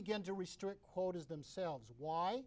began to restrict quotas themselves why